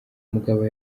umugabo